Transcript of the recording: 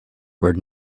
were